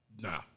Nah